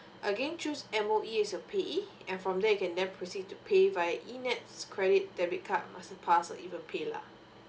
again choose M_O_E as your payee and from there you can then proceed to pay via e nets credit debit card masterpass or even paylah